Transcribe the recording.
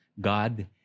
God